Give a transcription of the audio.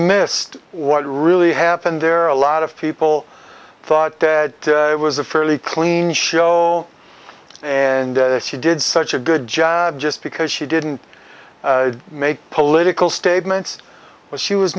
missed what really happened there are a lot of people thought that it was a fairly clean show and she did such a good job just because she didn't make political statements but she was